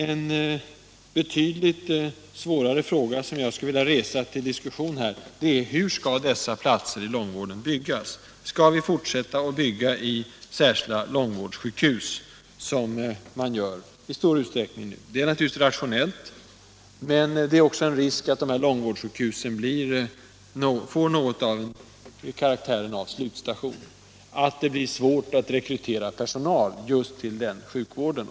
En betydligt svårare fråga, som jag skulle vilja ta upp till diskussion, är hur dessa platser inom långvården skall byggas. Skall vi fortsätta att bygga särskilda långvårdssjukhus, såsom vi nu i stor utsträckning gör? Det är naturligtvis rationellt, men det finns också en risk för att dessa långvårdssjukhus får karaktären av slutstation och att det blir svårt att rekrytera personal till just den sjukvården.